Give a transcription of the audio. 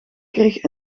kreeg